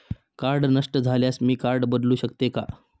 Card नष्ट झाल्यास मी कार्ड बदलू शकते का?